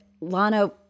Lana